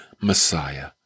Messiah